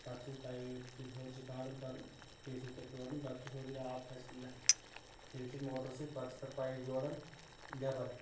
پتہٕ چھِ اسہِ پیی یوت ییٚلہِ ہیٛور چھِ کھاڈان پتہٕ کیسِنٛگ تتھ جوڑان پتہٕ چھِ ہیٛور ییٚلہِ آب کھسہِ نَہ ییٚمہِ سۭتۍ موٹر سۭتۍ پتہٕ چھِ تتھ پایِپ جوڑان نیٚبر